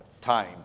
Time